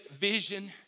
vision